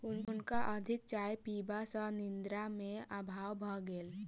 हुनका अधिक चाय पीबा सॅ निद्रा के अभाव भ गेल